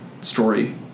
story